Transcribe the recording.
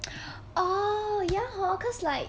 orh ya hor cause like